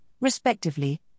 respectively